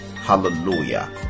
Hallelujah